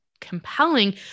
compelling